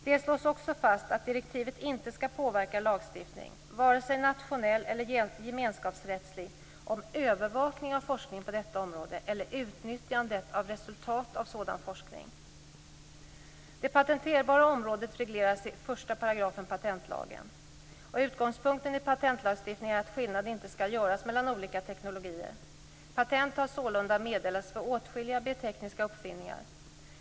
Det slås också fast att direktivet inte skall påverka lagstiftning - vare sig nationell eller gemenskapsrättslig - om övervakning av forskningen på detta område eller utnyttjandet av resultatet av sådan forskning. Det patenterbara området regleras i 1 § patentlagen. Utgångspunkten i patentlagstiftningen är att skillnad inte skall göras mellan olika teknologier. Patent har sålunda meddelats för åtskilliga biotekniska uppfinningar.